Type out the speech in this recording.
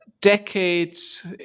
Decades